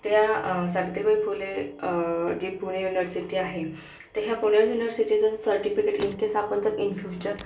त्या सावित्रीबाई फुले जी पुणे युनव्हर्सिटी आहे तिथं पुणे युनव्हर्सिटीचं सर्टिफिकेट इन केस आपण तर इन फ्युचर